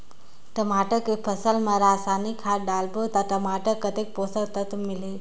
टमाटर के फसल मा रसायनिक खाद डालबो ता टमाटर कतेक पोषक तत्व मिलही?